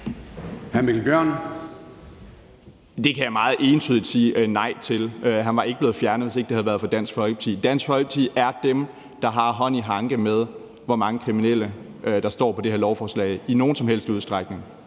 Det kan jeg meget entydigt sige nej til. Han var ikke blevet fjernet, hvis ikke det havde været for Dansk Folkeparti. Dansk Folkeparti er dem, der har hånd i hanke med, hvor mange kriminelle der i nogen som helst udstrækning